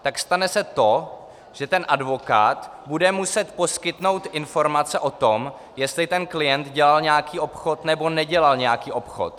Tak stane se to, že ten advokát bude muset poskytnout informace o tom, jestli klient dělal nějaký obchod nebo nedělal nějaký obchod.